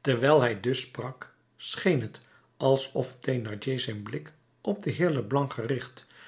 terwijl hij dus sprak scheen het alsof thénardier zijn blik op den heer leblanc gericht